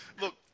Look